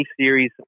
series